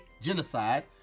genocide